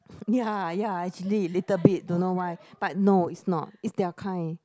ya ya actually little bit don't know why but no it's not it's their kind